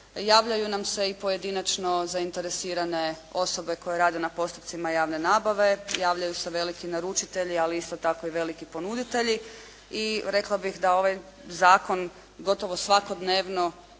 Javljaju nam se i pojedinačno zainteresirane osobe koje rade na postupcima javne nabave, javljaju se veliki naručitelji ali isto tako i veliki ponuditelji i rekla bih da ovaj zakon gotovo svakodnevno